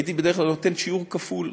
הייתי בדרך כלל נותן שיעור כפול.